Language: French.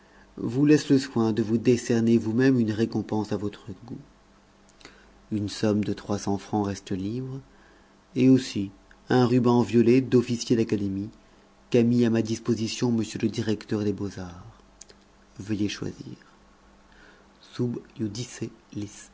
vous laisse le soin de vous décerner vous-même une récompense à votre goût une somme de trois cents francs reste libre et aussi un ruban violet d'officier d'académie qu'a mis à ma disposition m le directeur des beaux-arts veuillez choisir